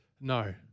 No